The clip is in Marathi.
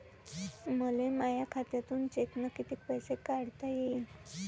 मले माया खात्यातून चेकनं कितीक पैसे काढता येईन?